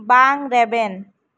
ᱵᱟᱝ ᱨᱮᱵᱮᱱ